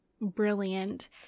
brilliant